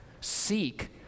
seek